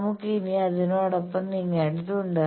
നമുക്ക് ഇനി അതിനോടൊപ്പം നീങ്ങേണ്ടതുണ്ട്